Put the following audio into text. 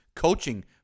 Coaching